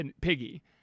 piggy